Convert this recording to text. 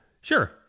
Sure